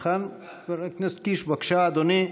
בבקשה, אדוני,